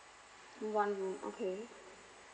one room okay